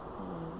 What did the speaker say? mm